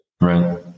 Right